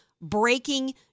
breaking